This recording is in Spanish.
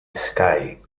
sky